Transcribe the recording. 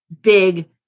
big